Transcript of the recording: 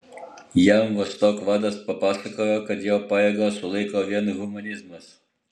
jam vostok vadas papasakojo kad jo pajėgas sulaiko vien humanizmas